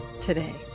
today